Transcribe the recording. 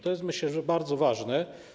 To jest, myślę, bardzo ważne.